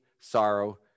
sorrow